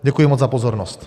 Děkuji moc za pozornost.